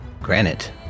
Granite